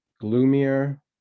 gloomier